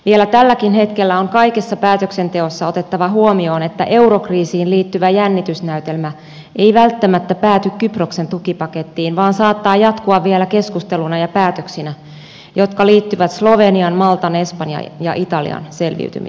vielä tälläkin hetkellä on kaikessa päätöksenteossa otettava huomioon että eurokriisiin liittyvä jännitysnäytelmä ei välttämättä pääty kyproksen tukipakettiin vaan saattaa jatkua vielä keskusteluna ja päätöksinä jotka liittyvät slovenian maltan espanjan ja italian selviytymiseen